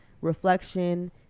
Reflection